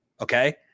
okay